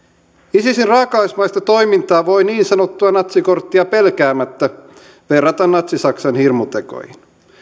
isisin raakalaismaista toimintaa voi niin sanottua natsikorttia pelkäämättä verrata natsi saksan hirmutekoihin